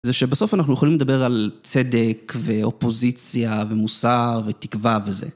זה שבסוף אנחנו יכולים לדבר על צדק, ואופוזיציה, ומוסר, ותקווה וזה.